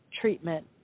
treatment